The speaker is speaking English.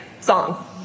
song